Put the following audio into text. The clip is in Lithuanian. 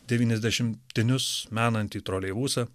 devyniasdešimtinius menantį troleibusą